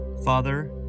Father